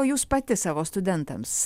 o jūs pati savo studentams